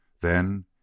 Then